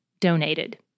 donated